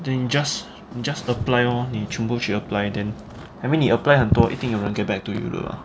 then just 你 just apply lor 你全部去 apply then I mean when 你 apply 很多一定有人 get back to you 的 lah